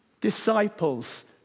Disciples